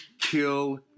Kill